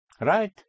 Right